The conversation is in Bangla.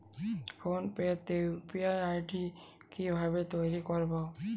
ফোন পে তে ইউ.পি.আই আই.ডি কি ভাবে তৈরি করবো?